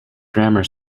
grammar